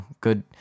Good